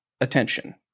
attention